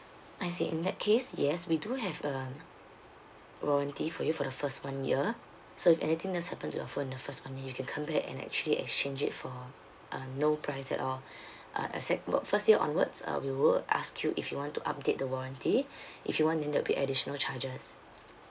I see in that case yes we do have uh warranty for you for the first one year so if anything does happen to your phone the first one year you can come back and actually exchange it for uh no price at all uh except work first year onwards uh we will ask you if you want to update the warranty if you want then there'll be additional charges